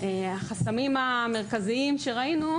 החסמים המרכזיים שראינו,